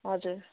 हजुर